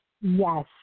Yes